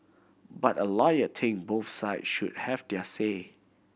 but a lawyer think both side should have their say